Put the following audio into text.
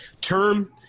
term